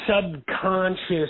subconscious